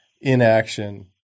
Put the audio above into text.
inaction